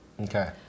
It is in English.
Okay